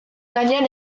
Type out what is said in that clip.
gainean